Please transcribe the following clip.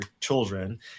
children